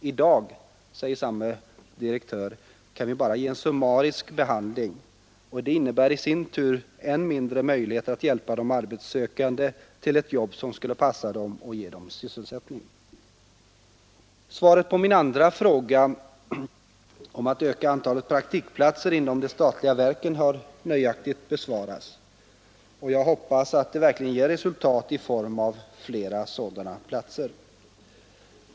I dag — säger samme direktör — kan vi bara ge en summarisk behandling. Det innebär i sin tur en mindre möjlighet att hjälpa de arbetssökande till ett jobb som skulle passa dem och ge dem sysselsättning. Min andra fråga, om att öka antalet praktikantplatser inom de statliga verken, har nöjaktigt besvarats. Jag hoppas att det verkligen ger resultat i form av flera sådana platser.